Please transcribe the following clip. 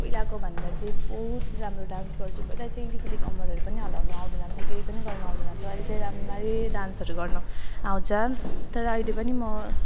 पहिलाको भन्दा चाहिँ बहुत राम्रो डान्स गर्छु पहिला चाहिँ अलिकति कम्मरहरू पनि हल्लाउनु आउँदैनथ्यो केही पनि गर्नु आउँदैनथ्यो अहिले चाहिँ राम्ररी डान्सहरू गर्न आउँछ तर अहिले पनि म